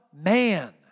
man